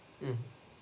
mmhmm